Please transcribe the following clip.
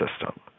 system